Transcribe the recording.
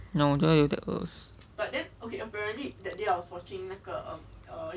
no 我觉得有点恶